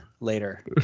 later